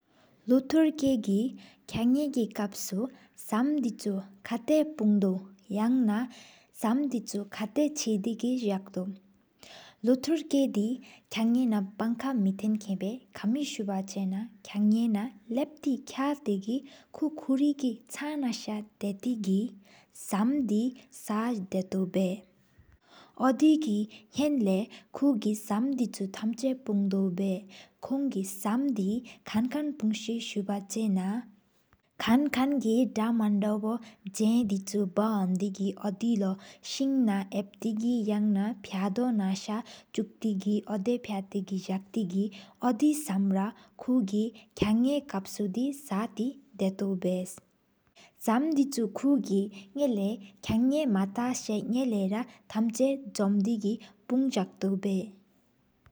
ལོ་ཐོར་ཀ་ཀི་ཁང་ནེ་ཀི་ཁབ་སུ་སམ་བཅུ། ཁ་ཏ་པུང་དའུ་ཡ་ན་བསམ་བཅུ་ཁ་ཏ། ཕྱི་འདྲི་གི་རྫོགས་སྟོད་ལོ་ཐོར་ཀ་དེ་ཁང་ནེ་ན། པང་ཁ་ མེ་ཏེན་མ་ཁན་བརྐུད་ནེ་སུ་ན། ཁང་ནེ་ན་ལབ་དི་ཁག་ཐི་ཀི་ཀུ་ཀུ་རི་ཀི། བྱང་ཉ་ཞ་དྲེག་བའི་ཀྱི་སམ་དེ་ས་ད་གཏོམ་པེ། ཨོ་རེ་གི་ཉེན་ལེ་ཀུ་གི་སམ་བཅུ་ཐམ་ཆ། པུང་དོ་བའི་གོང་གི་སམ་དི་ཁག་ཁག། པུང་དོ་སུ་ཝ་ཆེ་ན་ཁ་ཁག་གི་མན་དོ་འོ། བྱེན་བཅུ་སྦག་ཧོན་དེ་གི་ཨོ་ཏད་ལོ་སིན་ན་ཡེབ་ཏེ་གི། ཡ་ན་པ་དོ་ན་ཆུག་ཏེ་ཨོ་ཏད་ཕྱ་ཏེ་གི། གྲལ་སྟེ་གི་ཨོ་དེ་སམ་ར་གོང་ཀི་ཁང་ནེ་ཀི། ཁབ་སུ་ས་ཐི་དར་གདོའ་བའི་སམ་བཅུ་ཁུ་ཀི། ཉན་ལ་ར་ཁང་ནེ་མ་ཐགས་སེ་ཉན་ལ་ར། ཐམ་ཆ་ཟོམ་དེ་གི་བཔུང་རྫོགས་རྟོད་བའི།